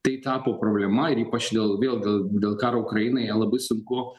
tai tapo problema ir ypač dėl vėl dėl dėl karo ukrainoj ją labai sunku